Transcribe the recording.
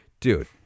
dude